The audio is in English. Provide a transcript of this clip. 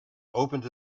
opened